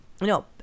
No